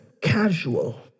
casual